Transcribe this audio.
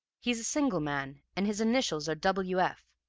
he's a single man, and his initials are w. f,